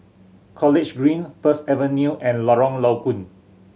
College Green First Avenue and Lorong Low Koon